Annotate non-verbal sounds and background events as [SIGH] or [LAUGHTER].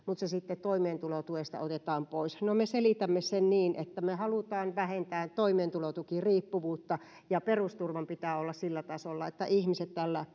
[UNINTELLIGIBLE] mutta se sitten toimeentulotuesta otetaan pois no me selitämme sen niin että me haluamme vähentää toimeentulotukiriippuvuutta ja perusturvan pitää olla sillä tasolla että ihmiset tällä [UNINTELLIGIBLE]